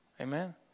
amen